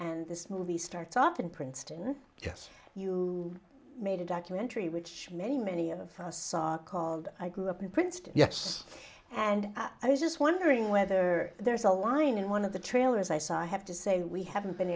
and this movie starts off in princeton yes you made a documentary which many many of us saw called i grew up in princeton yes and i was just wondering whether there's a line in one of the trailers i saw i have to say we haven't been